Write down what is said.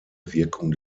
wirkung